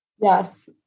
Yes